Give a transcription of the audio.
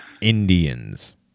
Indians